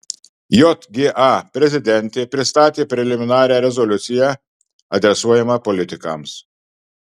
jga prezidentė pristatė preliminarią rezoliuciją adresuojamą politikams